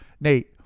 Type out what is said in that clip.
Nate